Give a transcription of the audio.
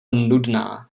nudná